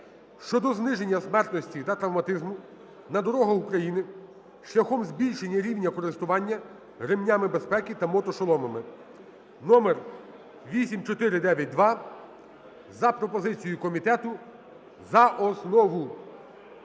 (щодо зниження смертності та травматизму на дорогах України шляхом збільшення рівня користування ременями безпеки та мотошоломами) (№8492) за пропозицією комітету за основу.